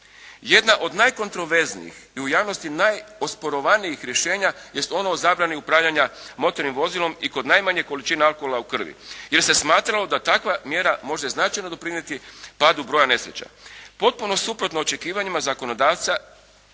Jedna od najkontroverznijih i u javnosti najosporovanijih rješenja jest ono u zabrani upravljanja motornim vozilom i kod najmanje količine alkohola u krvi jer se smatralo da takva mjera može značajno doprinijeti padu broja nesreća. Potpuno suprotno očekivanjima zakonodavca